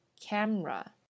camera